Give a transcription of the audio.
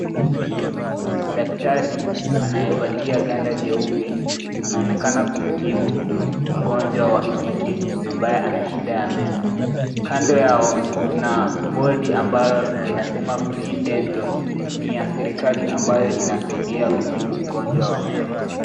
Daktari anayevalia gwanda jeupe anaonekana kumtibu mgonjwa wa kike ambaye ana shida ya meno. Kando yao kuna bodi ambayo inasema Free Dental , ni ya serikali ambayo inasaidia kutibu ugonjwa wa meno.